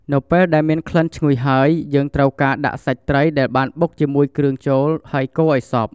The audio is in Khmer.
នៅពេលដែលមានក្លិនឈ្ងុយហើយ យើងត្រូវការដាក់សាច់ត្រីដែលបានបុកជាមួយគ្រឿងចូល ហើយកូរឲ្យសប់។